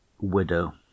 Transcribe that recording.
widow